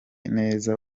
neza